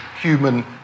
human